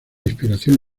inspiración